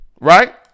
Right